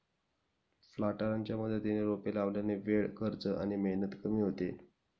प्लांटरच्या मदतीने रोपे लावल्याने वेळ, खर्च आणि मेहनत कमी होते